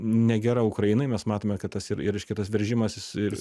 negera ukrainai mes matome kad tas ir reiškia tas veržimasis ir